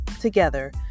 Together